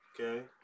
Okay